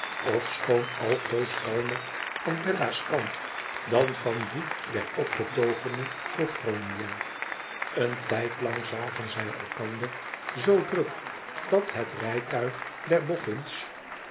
ofschoon altoos kalmer van bella's kant dan van dien der opgetogene sophronia een tijdlang zagen zij elkander zoo druk dat het rijtuig der